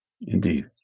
Indeed